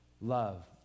love